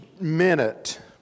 minute